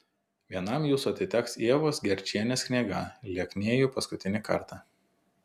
vienam jūsų atiteks ievos gerčienės knyga lieknėju paskutinį kartą